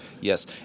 Yes